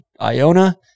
Iona